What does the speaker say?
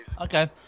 okay